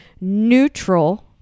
neutral